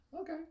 Okay